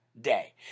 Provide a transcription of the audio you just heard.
day